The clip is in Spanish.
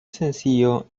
sencillo